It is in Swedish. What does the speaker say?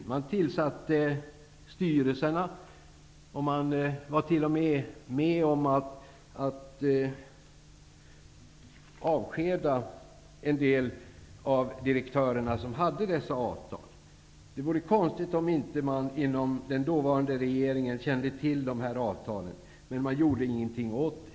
Regeringen tillsatte styrelserna och var t.o.m. med om att avskeda en del av direktörerna som hade dessa avtal. Det vore konstigt om inte den dåvarande regeringen kände till dessa avtal, men den gjorde ingenting åt dem.